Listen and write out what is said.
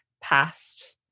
past